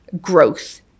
growth